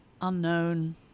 unknown